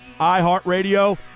iHeartRadio